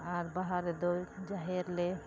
ᱟᱨ ᱵᱟᱦᱟ ᱨᱮᱫᱚ ᱡᱟᱦᱮᱨ ᱞᱮ